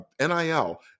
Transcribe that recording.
NIL